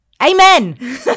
Amen